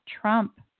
Trump